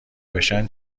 بشن